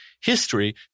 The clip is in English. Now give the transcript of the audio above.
history